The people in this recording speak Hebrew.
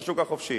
בשוק החופשי.